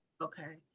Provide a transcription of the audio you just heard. Okay